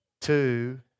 two